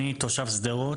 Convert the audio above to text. אני תושב שדרות.